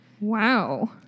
Wow